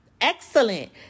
Excellent